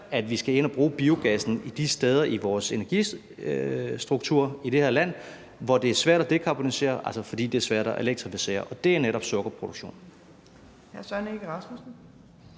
at vi skal ind at bruge biogassen de steder i vores energistruktur i det her land, hvor det er svært at dekarbonisere, altså fordi det er svært at elektrificere – og det er netop i sukkerproduktionen.